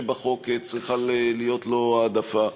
שבחוק צריכה להיות לו העדפה.